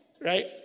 Right